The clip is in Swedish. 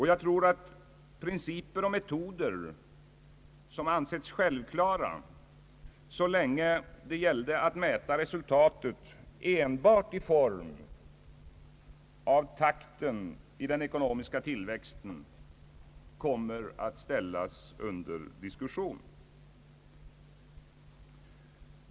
Jag tror att principer och metoder, som ansetts självklara så länge det gällde att mäta resultatet enbart genom takten i den ekonomiska tillväxten, kommer att ställas under diskussion.